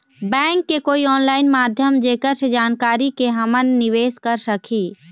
Bank के कोई online माध्यम जेकर से जानकारी के के हमन निवेस कर सकही?